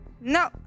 No